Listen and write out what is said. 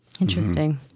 interesting